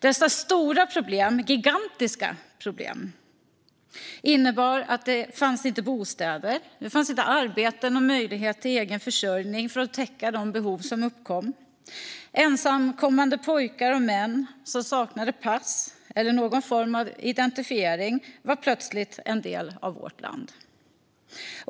Dessa stora problem - gigantiska problem - innebar att det inte fanns bostäder, arbeten och möjlighet till egen försörjning för att täcka de behov som uppkom. Ensamkommande pojkar och män som saknade pass eller någon annan form av identifiering var plötsligt en del av vårt land.